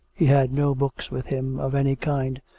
he had no books with him of any kind.